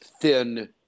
thin